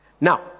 now